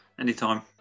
Anytime